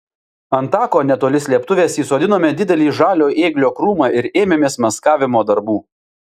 ant tako netoli slėptuvės įsodinome didelį žalio ėglio krūmą ir ėmėmės maskavimo darbų